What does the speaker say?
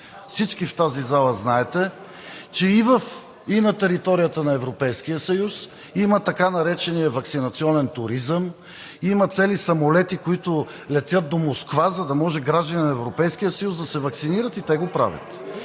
Всички в тази зала знаете, че и на територията на Европейския съюз има така наречения ваксинационен туризъм, има цели самолети, които летят до Москва, за да може граждани на Европейския съюз да се ваксинират и те го правят.